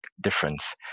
difference